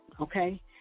okay